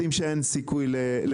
יודעים שאין סיכוי לאכוף.